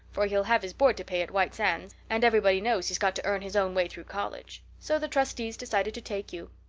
for he'll have his board to pay at white sands, and everybody knows he's got to earn his own way through college. so the trustees decided to take you.